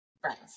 friends